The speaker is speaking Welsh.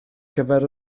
gyfer